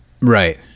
Right